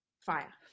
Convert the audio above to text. Fire